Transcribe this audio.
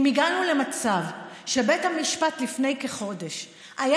אם הגענו למצב שבית המשפט לפני כחודש היה